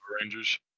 Rangers